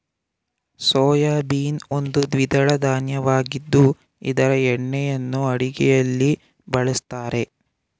soybean ಒಂದು ದ್ವಿದಳ ಧಾನ್ಯವಾಗಿದ್ದು ಇದರ ಎಣ್ಣೆಯನ್ನು ಅಡುಗೆಯಲ್ಲಿ ಬಳ್ಸತ್ತರೆ